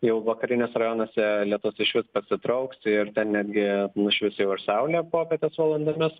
jau vakariniuose rajonuose lietus išvis pasitrauks ir ten netgi nušvis saulė popietės valandomis